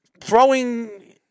throwing